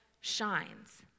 shines